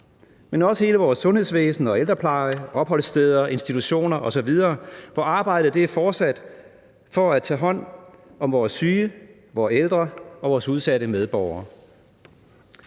men også hele vores sundhedsvæsen og ældrepleje, opholdssteder, institutioner osv., hvor arbejdet er fortsat for at tage hånd om vores syge, vores ældre og vores udsatte medborgere.